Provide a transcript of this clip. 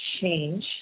change